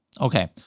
Okay